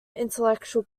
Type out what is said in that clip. intellectual